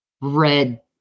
red